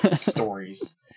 stories